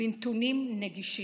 בנתונים נגישים.